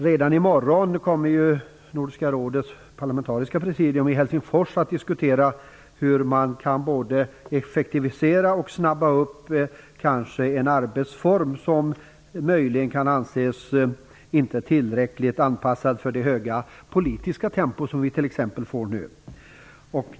Redan i morgon kommer ju Nordiska rådets parlamentariska presidium att i Helsingfors diskutera hur man kan både effektivisera och snabba upp en arbetsform som möjligen kan anses inte tillräckligt anpassad för det höga politiska tempo som vi t.ex. nu får.